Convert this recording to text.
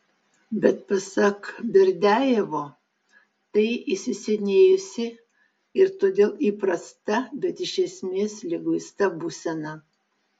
bet pasak berdiajevo tai įsisenėjusi ir todėl įprasta bet iš esmės liguista būsena